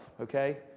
okay